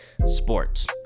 Sports